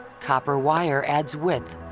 copper wire adds width,